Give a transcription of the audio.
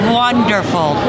wonderful